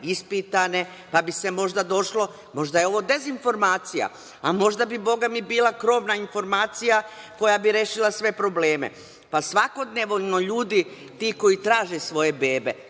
ispitane, pa bi se moglo možda došlo, možda je ovo dezinformacija, a možda bi bila krovna informacija koja bi rešila sve probleme. Svakodnevno ljudi koji traže svoje bebe